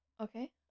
okay